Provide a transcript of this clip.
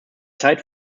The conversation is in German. zeit